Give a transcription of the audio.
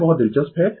यह बहुत दिलचस्प है